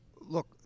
Look